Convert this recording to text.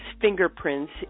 fingerprints